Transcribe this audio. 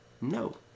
No